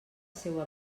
seua